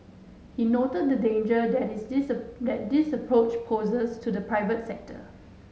he noted the danger that this that this approach poses to the private sector